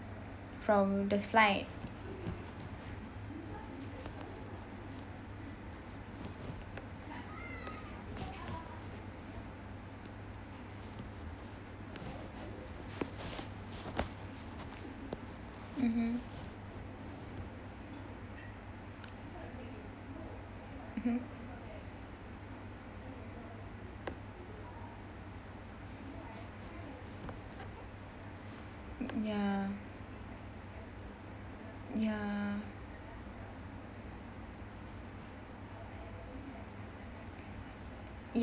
from the flight mmhmm mmhmm ya ya